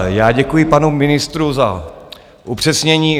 Já děkuji panu ministru za upřesnění.